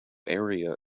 area